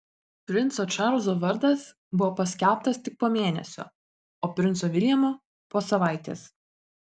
princo čarlzo vardas buvo paskelbtas tik po mėnesio o princo viljamo po savaitės